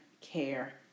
Care